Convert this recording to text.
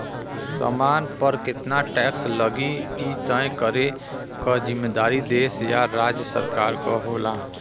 सामान पर केतना टैक्स लगी इ तय करे क जिम्मेदारी देश या राज्य सरकार क होला